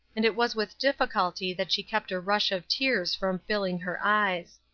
and it was with difficulty that she kept a rush of tears from filling her eyes.